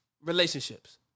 relationships